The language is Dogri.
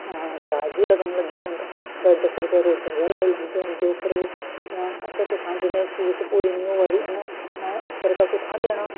ब्याज बी लग्गन लगी पौंदा दस दस रपेऽ रोजै गै लाई लैंदे उं'दे उप्पर ओह् असें कु'त्थां जि'नें फीस पूरी निं होआ दी उ'नें उप्पर गै कु'त्थां देना